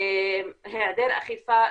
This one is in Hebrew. היעדר אכיפה,